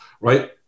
right